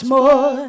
more